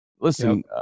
listen